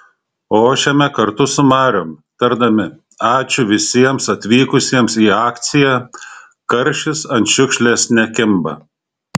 ošiame kartu su mariom tardami ačiū visiems atvykusiems į akciją karšis ant šiukšlės nekimba